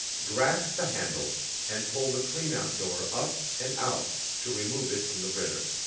grasp the handle and pull the cleanout door up and out to remove it from the printer.